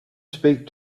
speak